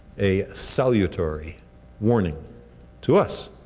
a salutary warning to us.